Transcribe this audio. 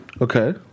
Okay